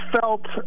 felt